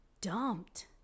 dumped